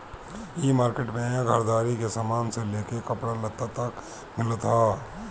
इ मार्किट में घरदारी के सामान से लेके कपड़ा लत्ता तक मिलत हवे